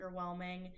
underwhelming